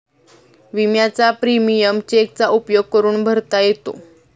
विम्याचा प्रीमियम चेकचा उपयोग करून भरता येतो